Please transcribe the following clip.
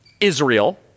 Israel